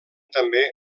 també